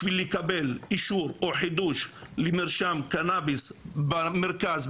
בשביל לקבל אישור או חידוש למרשם קנביס במרכז,